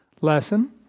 lesson